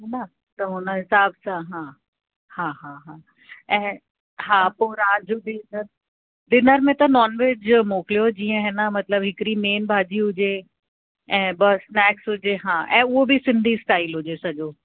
न त हुन हिसाब सां हा हा हा हा ऐं हा पोइ राति जो बि डिनर डिनर में त नॉनवेज जो मोकिलियो जीअं हुन जीअं हिकिड़ी मेन भाॼी हुजे ऐं ॿ स्नैक्स हुजे हा ऐं उहो बि सिंधी स्टाइल हुजे सॼो